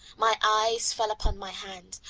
my eyes fell upon my hand,